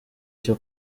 cyo